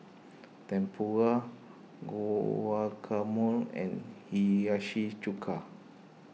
Tempura Guacamole and Hiyashi Chuka